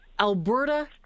Alberta